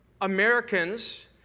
Americans